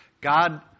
God